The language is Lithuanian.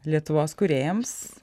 lietuvos kūrėjams